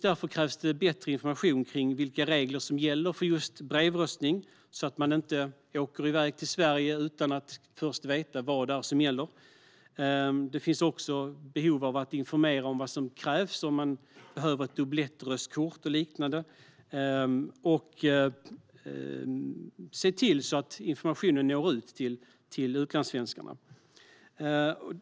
Därför krävs bättre information om vilka regler som gäller för just brevröstning, så att man inte åker iväg till Sverige utan att först veta vad det är som gäller. Det finns också ett behov av att informera om vad som krävs - om man behöver ett dublettröstkort och liknande. Man ska se till att informationen når ut till utlandssvenskarna.